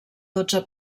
dotze